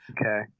Okay